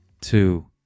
two